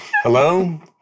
Hello